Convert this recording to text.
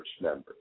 members